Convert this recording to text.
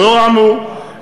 לאור האמור,